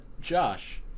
Josh